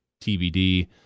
TBD